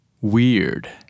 weird